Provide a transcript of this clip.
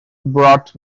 brought